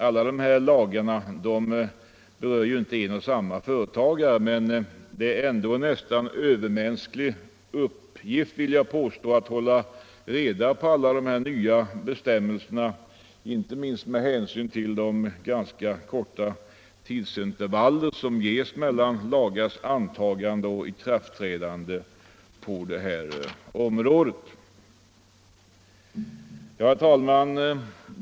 Alla dessa lagar berör naturligtvis inte en och samma företagare, men det är ändå en nästan övermänsklig uppgift att hålla reda på alla dessa nya bestämmelser, inte minst med hänsyn till de ganska korta tidsintervaller som ges mellan lagars antagande och ikraftträdande på detta område. Herr talman!